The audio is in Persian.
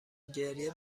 گریه